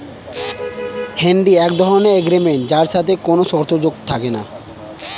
হুন্ডি এক ধরণের এগ্রিমেন্ট যার সাথে কোনো শর্ত যোগ থাকে না